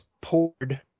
poured